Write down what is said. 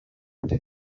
inde